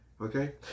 Okay